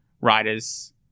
writers